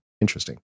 interesting